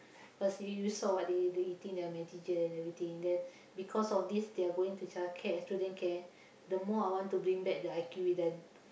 firstly you saw what they they eating they are medicine and everything then because of this they are going to child care student care the more I want to bring back the I_Q with them